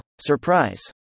surprise